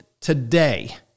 today